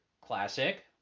classic